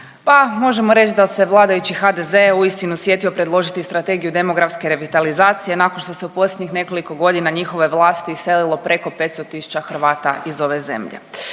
Pa možemo reći da se vladajući HDZ uistinu sjetio predložiti Strategiju demografske revitalizacije nakon što se u posljednjih nekoliko godina njihove vlasti iselilo preko 500 tisuća Hrvata iz ove zemlje.